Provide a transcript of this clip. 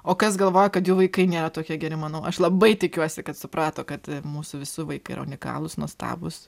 o kas galvoja kad jų vaikai nėra tokie geri manau aš labai tikiuosi kad suprato kad mūsų visų vaikai yra unikalūs nuostabūs